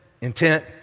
intent